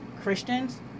Christians